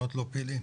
פעילים.